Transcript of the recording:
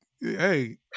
Hey